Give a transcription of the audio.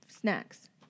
Snacks